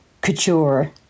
couture